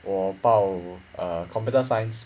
我报 err computer science